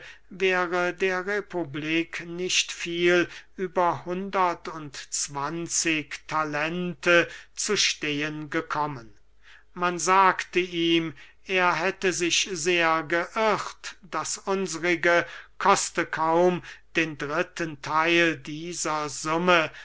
wäre der republik nicht viel über hundert und zwanzig talente zu stehen gekommen man sagte ihm er hätte sich sehr geirrt das unsrige koste kaum den dritten theil dieser summe